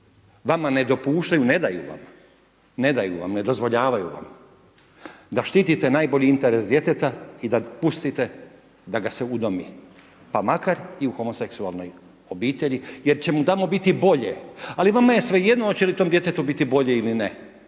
vama ne dopuštaju, ne daju vam, ne daju vam, ne dozvoljavaju vam da štitite najbolji interes djeteta i da dopustite da ga se udomi pa makar i u homoseksualnoj obitelji jer će mu tamo biti bolje ali vama je svejedno hoće li tom djetetu biti bolje ili ne,